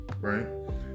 Right